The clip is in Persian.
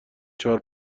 چهار